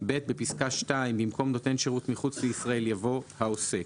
(ב)בפסקה (2) במקום "נותן השירות מחוץ לישראל" יבוא "העוסק".